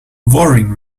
waring